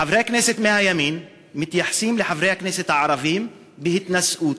חברי הכנסת מהימין מתייחסים לחברי הכנסת הערבים בהתנשאות,